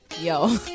Yo